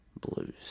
Blues